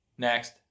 Next